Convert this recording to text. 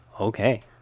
Okay